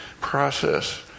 process